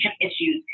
issues